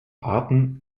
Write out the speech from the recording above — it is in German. arten